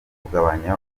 kugabanya